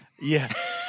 yes